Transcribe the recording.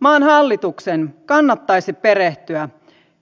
maan hallituksen kannattaisi perehtyä